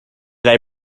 they